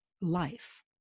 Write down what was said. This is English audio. life